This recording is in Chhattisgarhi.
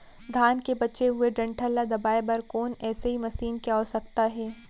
धान के बचे हुए डंठल ल दबाये बर कोन एसई मशीन के आवश्यकता हे?